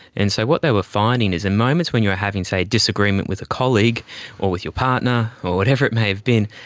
and so what they were finding is in moments when you are having, say, a disagreement with a colleague or with your partner or whatever it may have been,